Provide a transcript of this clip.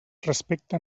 respecte